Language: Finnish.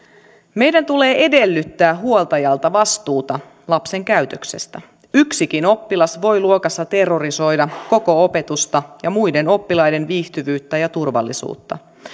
meidän tulee edellyttää huoltajalta vastuuta lapsen käytöksestä yksikin oppilas voi luokassa terrorisoida koko opetusta ja muiden oppilaiden viihtyvyyttä ja turvallisuutta